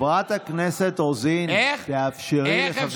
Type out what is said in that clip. חברת הכנסת רוזין, תאפשרי לחבר הכנסת.